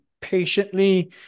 patiently